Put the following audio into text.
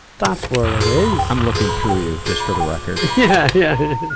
that's where it is. i'm looking through you, just for the record. yeah, yeah.